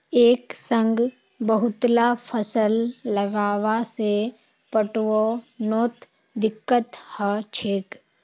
एक संग बहुतला फसल लगावा से पटवनोत दिक्कत ह छेक